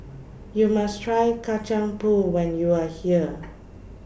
YOU must Try Kacang Pool when YOU Are here